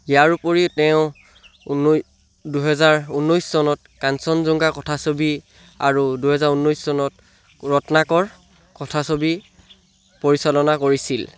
ইয়াৰ উপৰি তেওঁ দুহেজাৰ ঊনৈছ চনত কাঞ্চনজংঘা কথাছবি আৰু দুহেজাৰ ঊনৈছ চনত ৰত্নাকৰ কথাছবি পৰিচালনা কৰিছিল